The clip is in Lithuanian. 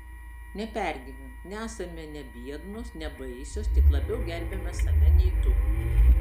nepergyvenk nesame ne biednos ne baisios tik labiau gerbiame save nei tu